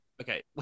Okay